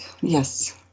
yes